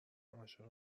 عاشق